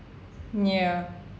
ya